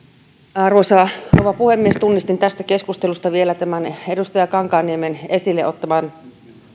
arvoisa rouva puhemies tunnistin tästä keskustelusta vielä tämän edustaja kankaanniemen esille ottaman